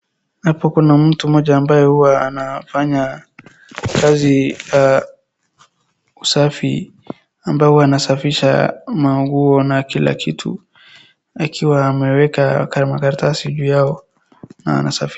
Hapo kuna mtu mmoja ambaye huwa anafanya kazi ya usafi ambaye huwa anasafisha manguo na kila kitu akiwa ameweka makaratasi juu yao na anasafisha.